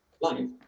Life